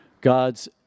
God's